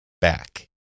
back